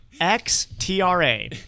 X-T-R-A